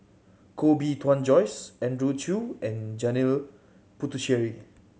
Koh Bee Tuan Joyce Andrew Chew and Janil Puthucheary